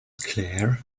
claire